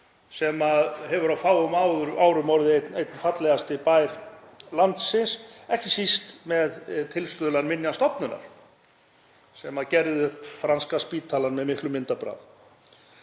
sem hefur á fáum árum orðið einn fallegasti bær landsins, ekki síst með tilstuðlan Minjastofnunar sem gerði upp franska spítalann með miklum myndarbrag.